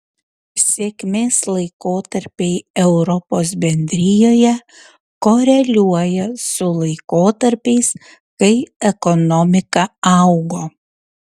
sėkmės laikotarpiai europos bendrijoje koreliuoja su laikotarpiais kai ekonomika augo